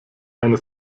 eine